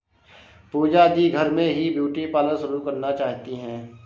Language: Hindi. पूजा दी घर में ही ब्यूटी पार्लर शुरू करना चाहती है